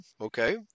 okay